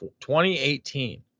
2018